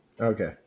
Okay